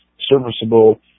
serviceable